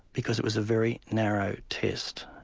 because it was a very narrow test,